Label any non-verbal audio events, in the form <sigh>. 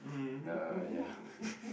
uh ya <breath>